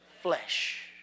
Flesh